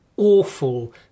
Awful